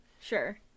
Sure